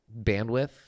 bandwidth